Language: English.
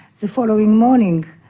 the following morning.